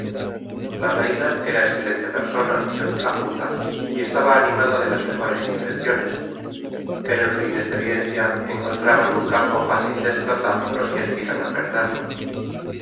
la reina era excelente persona según la junta y estaba animada de las mejores intenciones pero en su inexperiencia encontraban un campo fácil de explotar los que aspiran a perdernos